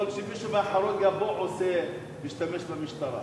יכול להיות שמישהו מאחורי גבו, משתמש במשטרה.